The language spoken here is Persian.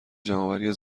جمعآوری